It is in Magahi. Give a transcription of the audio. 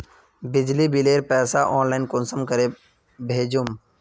बिजली बिलेर पैसा ऑनलाइन कुंसम करे भेजुम?